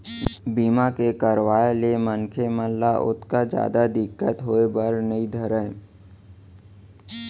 बीमा के करवाय ले मनखे मन ल ओतका जादा दिक्कत होय बर नइ धरय